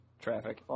Traffic